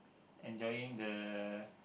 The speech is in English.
enjoying the